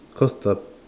cause the